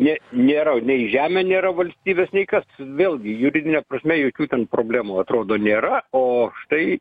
jie nėra nei žemė nėra valstybės nei kas vėlgi juridine prasme jokių ten problemų atrodo nėra o štai